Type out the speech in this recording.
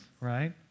right